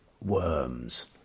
Worms